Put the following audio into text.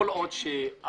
כל עוד שהמשרד